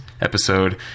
episode